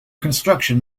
construction